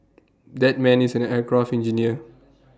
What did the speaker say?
that man is an aircraft engineer